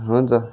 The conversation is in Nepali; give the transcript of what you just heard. हुन्छ